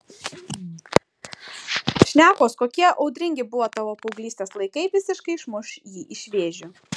šnekos kokie audringi buvo tavo paauglystės laikai visiškai išmuš jį iš vėžių